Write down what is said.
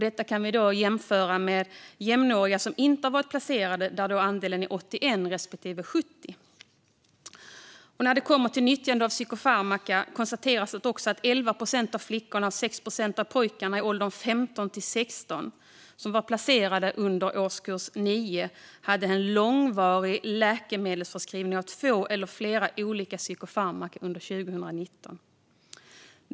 Detta kan jämföras med jämnåriga som inte har varit placerade, där andelen är 81 respektive 70. När det kommer till nyttjande av psykofarmaka konstateras det att 11 procent av flickorna och 6 procent av pojkarna i åldern 15-16 som var placerade under årskurs 9 fick en långvarig läkemedelsförskrivning av två eller fler olika psykofarmaka under 2019.